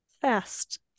fast